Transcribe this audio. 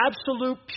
absolute